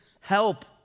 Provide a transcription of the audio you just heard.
help